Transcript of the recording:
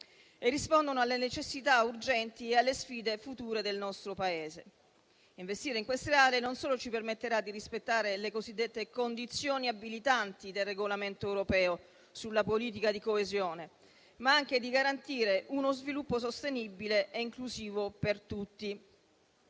e rispondono alle necessità urgenti e alle sfide future del nostro Paese. Investire in queste aree non solo ci permetterà di rispettare le cosiddette condizioni abilitanti del regolamento europeo sulla politica di coesione, ma anche di garantire uno sviluppo sostenibile e inclusivo per tutti.